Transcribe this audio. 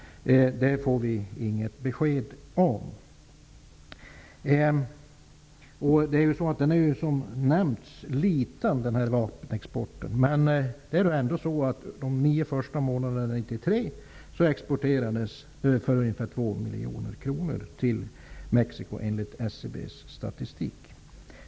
Det får vi inget besked om. Vapenexporten är, som nämnts, liten. De nio första månaderna 1993 exporterades enligt SCB:s statistik ändå för ungefär 2 miljoner kronor till Mexico.